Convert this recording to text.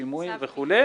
שימועים וכו'.